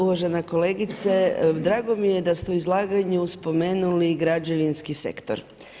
Uvažena kolegice, drago mi je da ste u izlaganju spomenuli građevinski sektor.